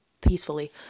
peacefully